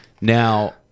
Now